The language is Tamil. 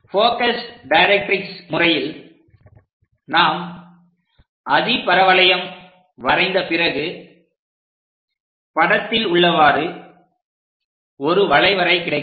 போகஸ் டைரக்ட்ரிக்ஸ் முறையில் நாம் அதிபரவளையம் வரைந்த பிறகு படத்தில் உள்ளவாறு ஒரு வளைவரை கிடைக்கும்